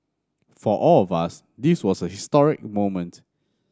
for all of us this was a historic moment